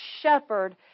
shepherd